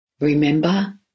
Remember